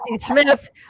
smith